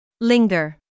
linger